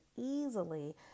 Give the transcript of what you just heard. easily